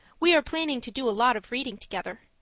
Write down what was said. we are planning to do a lot of reading together.